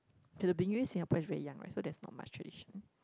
to the Singapore is very young right so there's not much tradition